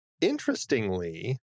interestingly